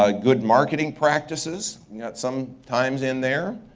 ah good marketing practices, some times in there,